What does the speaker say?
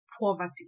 poverty